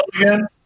again